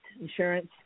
insurance